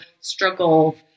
struggle